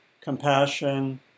compassion